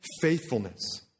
faithfulness